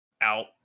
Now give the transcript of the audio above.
out